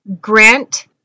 grant